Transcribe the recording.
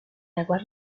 aguas